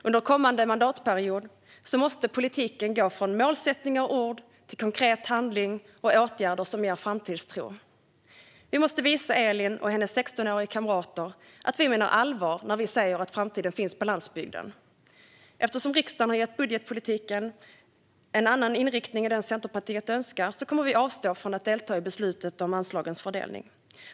Under kommande mandatperiod måste politiken gå från målsättningar och ord till konkret handling och åtgärder som ger framtidstro. Vi måste visa Elin och hennes 16-åriga kamrater att vi menar allvar när vi säger att framtiden finns på landsbygden. Eftersom riksdagen har gett budgetpolitiken en annan inriktning än den Centerpartiet önskar kommer vi att avstå från att delta i beslutet om anslagens fördelning.